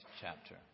chapter